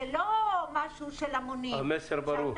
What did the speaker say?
זה לא משהו של המונים --- המסר ברור.